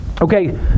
Okay